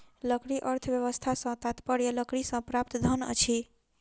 लकड़ी अर्थव्यवस्था सॅ तात्पर्य लकड़ीसँ प्राप्त धन अछि